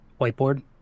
whiteboard